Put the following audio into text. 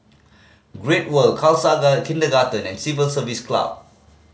Great World Khasaga Kindergarten and Civil Service Club